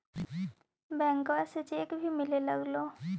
बैंकवा से चेक भी मिलगेलो?